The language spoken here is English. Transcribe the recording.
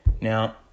Now